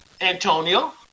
Antonio